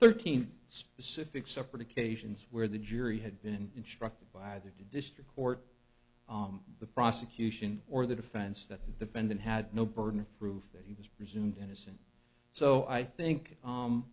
thirteen specific separate occasions where the jury had been instructed by the district court the prosecution or the defense that the defendant had no burden of proof that he was presumed innocent so i think